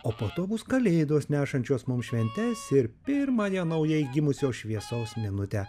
o po to bus kalėdos nešančios mum šventes ir pirmąją naujai gimusios šviesos minutę